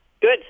good